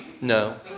no